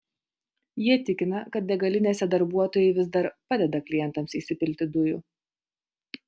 jie tikina kad degalinėse darbuotojai vis dar padeda klientams įsipilti dujų